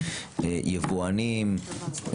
יבואנים,